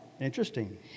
interesting